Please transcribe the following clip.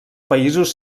països